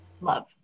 love